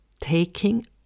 taking